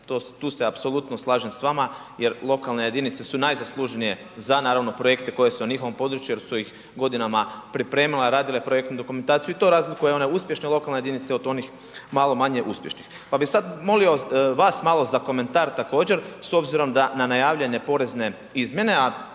Tu se apsolutno slažem s vama jer lokalne jedinice su najzaslužnije naravno za projekte koji su na njihovom području jer su ih godinama pripremale, radile projektnu dokumentaciju i to razlikuje one uspješne lokalne jedinice od onih malo manje uspješnih. Pa bih sada molio vas malo za komentar također s obzirom da na najavljene porezne izmjene,